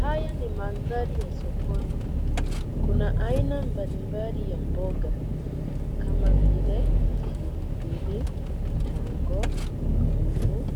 Haya ni mandhari ya sokoni. Kuna aina mbalimbali ya mboga kama vile; pili pili, tango, ndimu,